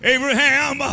Abraham